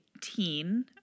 teen